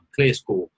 ClearScore